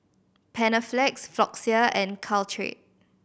Panaflex Floxia and Caltrate